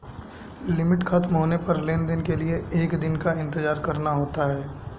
limit खत्म होने पर लेन देन के लिए एक दिन का इंतजार करना होता है